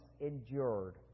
endured